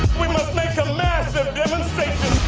make a massive demonstration